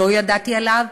לא ידעתי עליו.